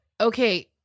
okay